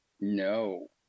No